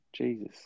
Jesus